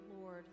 Lord